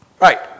Right